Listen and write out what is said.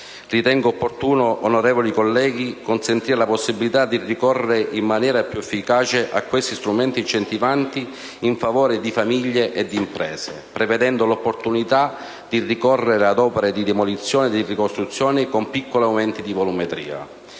Ritengo opportuno, onorevoli colleghi, consentire la possibilità di ricorrere in maniera più efficace a questi strumenti incentivanti in favore di famiglie e imprese, prevedendo l'opportunità di ricorrere ad opere di demolizione e ricostruzione con piccoli aumenti di volumetria;